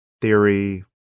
theory